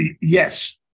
Yes